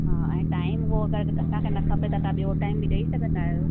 हा ऐं टाइम हुवो अगरि असांखे न खपे त तव्हां ॿियों टाइम बि ॾेई सघंदा आहियो